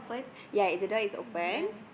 ya if the door is open